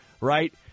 right